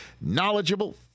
knowledgeable